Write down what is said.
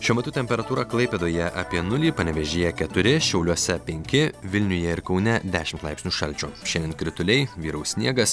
šiuo metu temperatūra klaipėdoje apie nulį panevėžyje keturi šiauliuose penki vilniuje ir kaune dešimt laipsnių šalčio šiandien krituliai vyraus sniegas